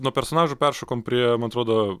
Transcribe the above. nuo personažų peršokom prie atrodo